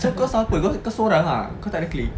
so kau siapa kau sorang ah kau tak ada clique